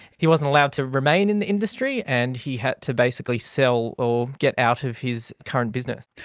he wasn't allowed to remain in the industry and he had to basically sell or get out of his current business.